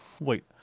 wait